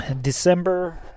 December